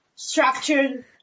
structured